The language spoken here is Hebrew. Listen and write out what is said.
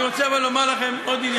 אני רוצה לומר לכם עוד,